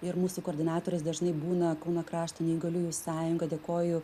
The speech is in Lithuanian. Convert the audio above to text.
ir mūsų koordinatorius dažnai būna kauno krašto neįgaliųjų sąjunga dėkoju